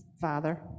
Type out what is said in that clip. father